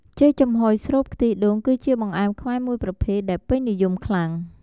ចេកចំហុយស្រូបខ្ទិះដូង គឺជាបង្អែមខ្មែរមួយប្រភេទដែលពេញនិយមខ្លាំង។